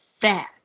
fat